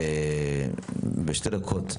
בשתי דקות.